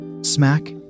Smack